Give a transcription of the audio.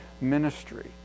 ministry